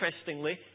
interestingly